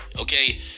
Okay